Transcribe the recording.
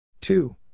Two